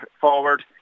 forward